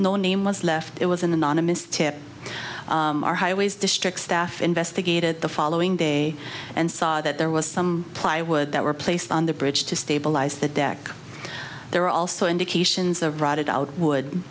no name was left it was an anonymous tip our highways district staff investigated the following day and saw that there was some plywood that were placed on the bridge to stabilize the deck there were also indications of rotted out wood